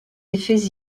effets